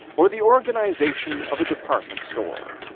or the organization of a department store,